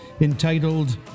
entitled